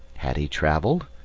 had he travelled?